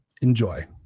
Enjoy